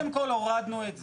קודם כל, הורדנו את זה.